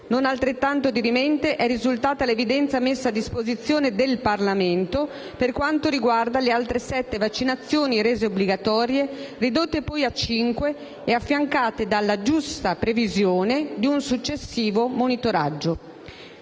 Non altrettanto dirimente è risultata l'evidenza messa a disposizione del Parlamento per quanto riguarda le altre sette vaccinazioni rese obbligatorie, ridotte poi a cinque, e affiancate dalla giusta previsione di un successivo monitoraggio.